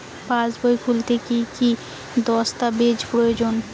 পাসবই খুলতে কি কি দস্তাবেজ প্রয়োজন?